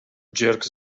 jerk